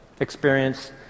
experience